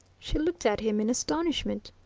she looked at him in astonishment.